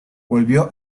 volvió